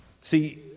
See